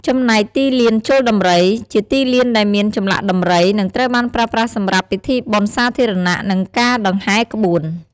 ចំណែកទីលានជល់ដំរី ជាទីលានដែលមានចម្លាក់ដំរី និងត្រូវបានប្រើប្រាស់សម្រាប់ពិធីបុណ្យសាធារណៈ និងការដង្ហែរក្បួន។